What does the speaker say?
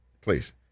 please